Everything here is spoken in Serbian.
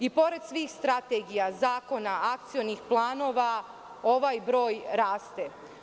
I pored svih strategija, zakona, akcionih planova ovaj broj raste.